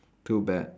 too bad